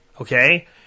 okay